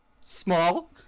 small